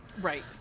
Right